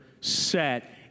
set